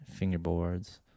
fingerboards